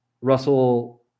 Russell